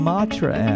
Matra